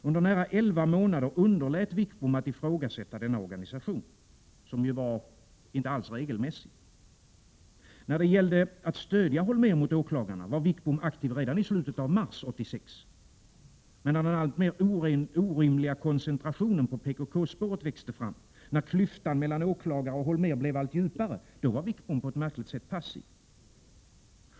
Under nära elva månader underlät Wickbom att ifrågasätta denna organisation, som ju inte var regelmässig. När det gällde att stödja Holmér mot åklagarna var Wickbom aktiv redan i slutet av mars 1986. Men när den alltmer orimliga koncentrationen på PKK-spåret växte fram, när klyftan mellan åklagare och Holmér blev allt djupare, då var Wickbom passiv.